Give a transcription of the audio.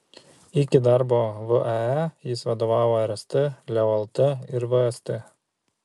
iki darbo vae jis vadovavo rst leo lt ir vst